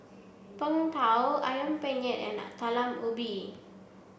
Png Tao Ayam Penyet and a Talam Ubi